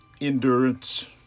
endurance